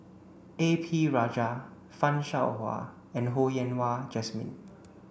A P Rajah Fan Shao Hua and Ho Yen Wah Jesmine